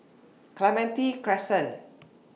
Clementi Crescent